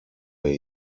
wir